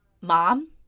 mom